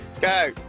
Go